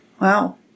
Wow